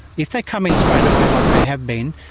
if they come in straight away like they have been,